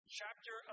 chapter